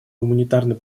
гуманитарной